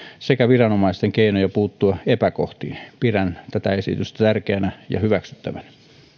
sekä viranomaisten keinoja puuttua epäkohtiin pidän tätä esitystä tärkeänä ja hyväksyttävänä